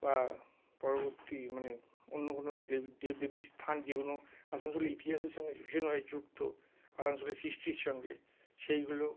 বা পরবর্তী মানে অন্য কোনো দেব দেবদেবীর স্থান যেগুলো আসানসোলের ইতিহাসের সঙ্গে ভীষণভাবে যুক্ত আসানসোলের সৃষ্টির সঙ্গে সেইগুলো